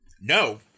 No